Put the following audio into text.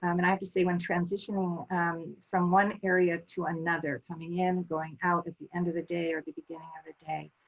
um and i have to say when transitioning from one area to another, coming in, going out at the end of the day or the beginning of the day